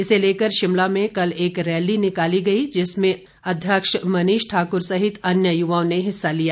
इसे लेकर शिमला में कल एक रैली निकाली जिसमें अध्यक्ष मनीष ठाक्र सहित अन्य युवाओं ने हिस्सा लिया